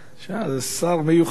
שר מיוחד.